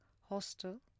hostel